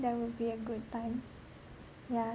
that will be a good time yeah